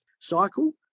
cycle